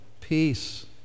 peace